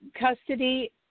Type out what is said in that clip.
custody